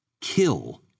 Kill